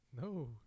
No